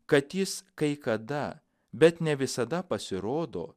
kad jis kai kada bet ne visada pasirodo